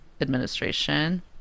administration